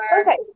Okay